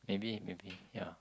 maybe maybe yeah